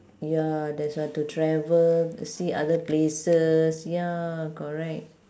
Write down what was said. ya that's why to travel see other places ya correct